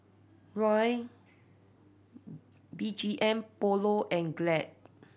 Raoul B G M Polo and Glad